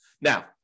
Now